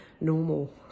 normal